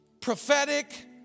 prophetic